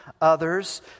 others